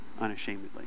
unashamedly